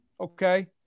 okay